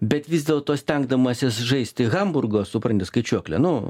bet vis dėlto stengdamasis žaisti hamburgo supranti skaičiuoklę nu